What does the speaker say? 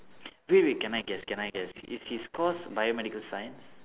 wait wait can I guess can I guess is his course biomedical science